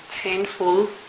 painful